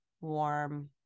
warm